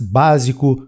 básico